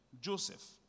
Joseph